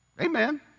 Amen